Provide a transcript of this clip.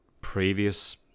previous